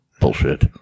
Bullshit